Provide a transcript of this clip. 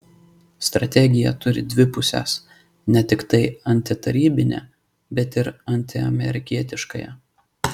strategija turi dvi puses ne tiktai antitarybinę bet ir antiamerikietiškąją